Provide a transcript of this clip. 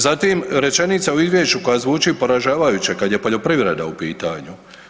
Zatim, rečenica u Izvješću koja zvuči poražavajuće kad je poljoprivreda u pitanju.